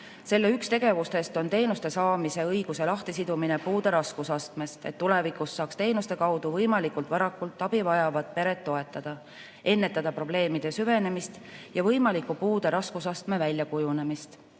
Selle üks tegevustest on teenuste saamise õiguse lahtisidumine puude raskusastmest, et tulevikus saaks teenuste kaudu võimalikult varakult abi vajavat pere toetada, ennetada probleemide süvenemist ja võimaliku puude raskusastme väljakujunemist. On